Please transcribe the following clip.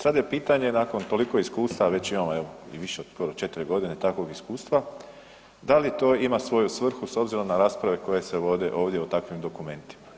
Sad je pitanje nakon toliko iskustava, već imamo evo i više od 4 godine takvog iskustva da li to ima svoju svrhu s obzirom na rasprave koje se vode ovdje o takvim dokumentima.